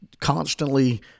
constantly